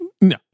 No